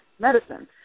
medicine